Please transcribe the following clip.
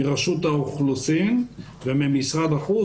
מרשות האוכלוסין וממשרד החוץ,